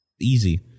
Easy